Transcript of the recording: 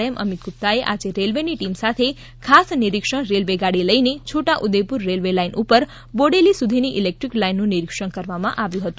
એમ અમિત ગુપ્તા એ આજે રેલ્વેની ટીમ સાથે ખાસ નિરીક્ષણ રેલ્વે ગાડી લઈને છોટા ઉદેપુર રેલવે લાઈન ઉપર બોડેલી સુધીની ઇલેક્ટ્રિક લાઈનનું નિરીક્ષણ કરવામાં આવ્યું હતું